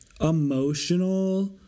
emotional